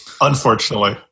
unfortunately